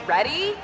Ready